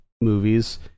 movies